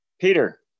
Peter